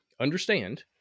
understand